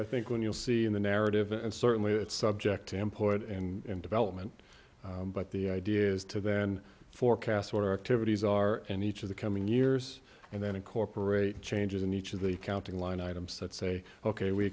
i think when you'll see in the narrative and certainly it's subject to import and development but the idea is to then forecast or activities are in each of the coming years and then incorporate changes in each of the accounting line items such say ok we